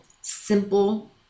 simple